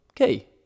Okay